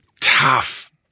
tough